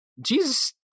Jesus